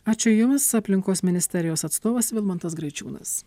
ačiū jums aplinkos ministerijos atstovas vilmantas graičiūnas